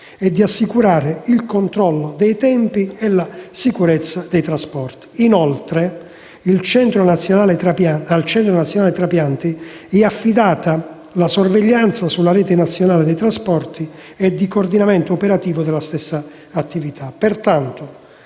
e assicurare il controllo dei tempi e la sicurezza del trasporto. Inoltre, al Centro nazionale trapianti è affidata la sorveglianza sulla rete nazionale dei trasporti e di coordinamento operativo della stessa attività.